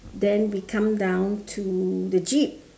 then we come down to the jeep